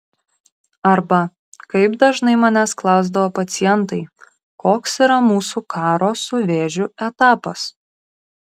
arba kaip dažnai manęs klausdavo pacientai koks yra mūsų karo su vėžiu etapas